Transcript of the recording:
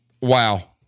Wow